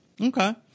Okay